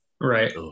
right